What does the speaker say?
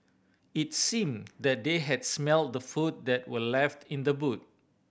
it seemed that they had smelt the food that were left in the boot